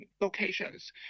locations